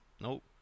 Nope